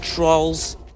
Trolls